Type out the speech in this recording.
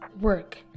work